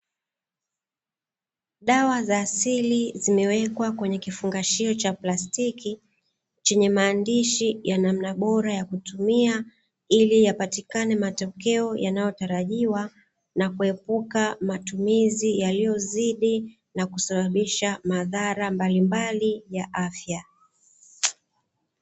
Dawa za asili zimewekwa kwenye kifungashio cha plastiki chenye maandishi ya namna bora ya kutumia ili yapatikane matokeo yanayotarajiwa na kuepuka matumizi yaliyozidi na kusababisha madhara mbalimbali ya afya.